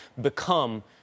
become